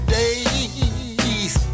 days